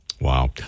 Wow